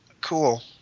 Cool